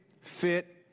fit